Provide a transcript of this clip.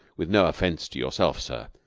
with no offense to yourself, sir,